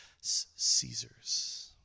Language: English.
Caesars